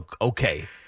Okay